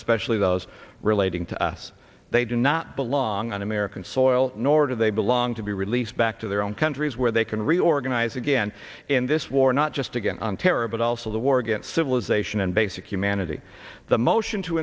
especially those relating to us they do not belong on american soil nor do they belong to be released back to their own countries where they can reorganize again in this war not just again on terror but also the war against civilization and basic humanity the motion to